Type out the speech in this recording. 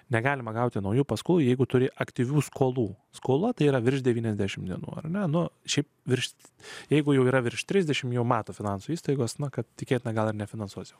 negalima gauti naujų paskolų jeigu turi aktyvių skolų skola tai yra virš devyniasdešim dienų ar menu šiaip virsti jeigu jau yra virš trisdešim jau mato finansų įstaigos na kad tikėtina gal ir nefinansuosime